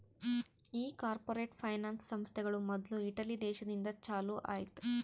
ಈ corporate finance ಸಂಸ್ಥೆಗಳು ಮೊದ್ಲು ಇಟಲಿ ದೇಶದಿಂದ ಚಾಲೂ ಆಯ್ತ್